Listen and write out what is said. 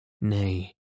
Nay